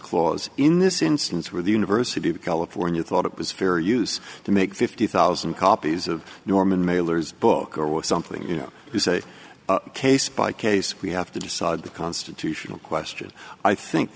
clause in this instance where the university of california thought it was fair use to make fifty thousand copies of norman mailer's book or with something you know you say case by case we have to decide the constitutional question i think